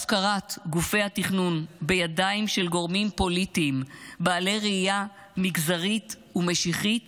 הפקרת גופי התכנון בידיים של גורמים פוליטיים בעלי ראייה מגזרית ומשיחית